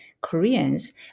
Koreans